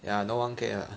ya no one care lah